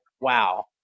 wow